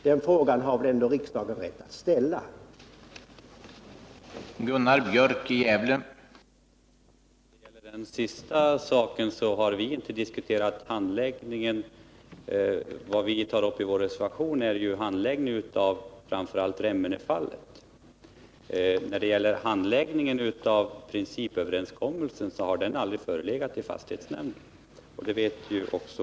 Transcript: Den frågan har riksdagen rätt att få besvarad.